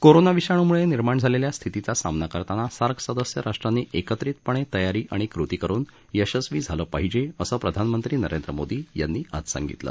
corona विषाणुमुळे निर्माण झालेल्या स्थितीचा सामना करताना सार्क सदस्य राष्ट्रांनी एकत्रितपणे तयारी आणि कृती करून यशस्वी झालं पाहिजे असं प्रधानमंत्री नरेंद्र मोदी यांनी आज सांगितलं